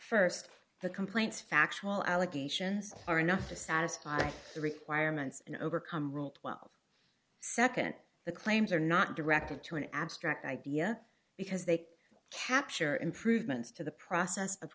first the complaints factual allegations are enough to satisfy the requirements and overcome rule twelve nd the claims are not directed to an abstract idea because they capture improvements to the process of